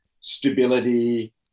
stability